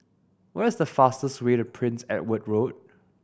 what is the fastest way to Prince Edward Road